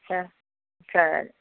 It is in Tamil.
ச ச